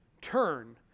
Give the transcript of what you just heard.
turn